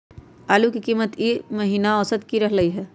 आलू के कीमत ई महिना औसत की रहलई ह?